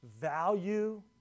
value